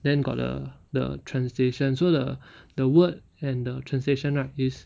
then got the the translation so the the word and the translation right is